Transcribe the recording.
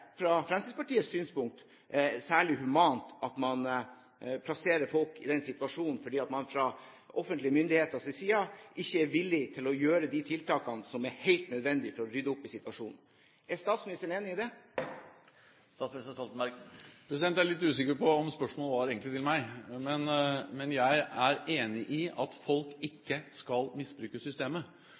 fra Fremskrittspartiets synspunkt særlig humant; altså at man plasserer folk i den situasjonen fordi man fra offentlige myndigheters side ikke er villig til å gjøre de tiltakene som er helt nødvendig for å rydde opp i situasjonen. Er statsministeren enig i det? Jeg er litt usikker på om spørsmålet egentlig var til meg. Jeg er enig i at folk ikke skal misbruke systemet,